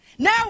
Now